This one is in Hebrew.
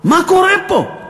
מה קורה פה?